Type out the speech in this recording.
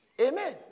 Amen